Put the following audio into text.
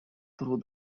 through